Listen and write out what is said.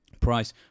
price